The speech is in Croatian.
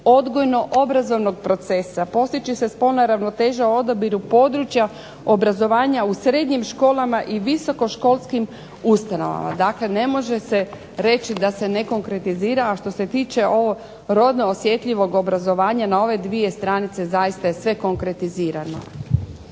odgojno-obrazovnog procesa, postići se spolna ravnoteža u odabiru područja obrazovanja u srednjim školama i visokoškolskim ustanovama. Dakle ne može se reći da se ne konkretizira. A što se tiče rodno osjetljivog obrazovanja na ove dvije stranice zaista je sve konkretizirano.